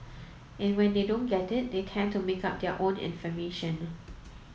and when they don't get it they tend to make up their own information